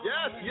Yes